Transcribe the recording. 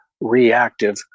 reactive